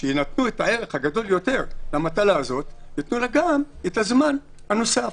שייתנו את הערך הגדול יותר למטלה הזאת וייתנו לה גם את הזמן הנוסף.